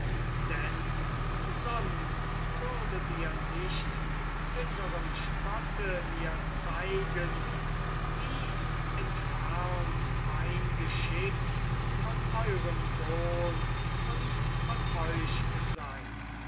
denn sonst würdet ihr nicht mit bitterem spotte mir zeigen wie entfernt mein geschick von eurem sohn und von euch sei